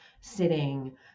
sitting